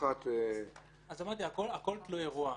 אמרתי שהכול תלוי אירוע.